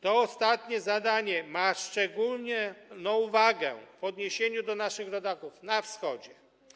To ostatnie zadanie ma szczególną wagę w odniesieniu do naszych rodaków na Wschodzie.